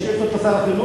שאילתא מס' 213,